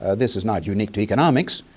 ah this is not unique to economics.